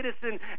citizen